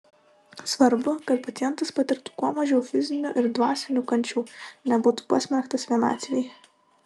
svarbu kad pacientas patirtų kuo mažiau fizinių ir dvasinių kančių nebūtų pasmerktas vienatvei